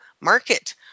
market